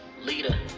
leader